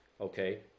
okay